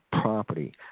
property